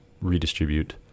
redistribute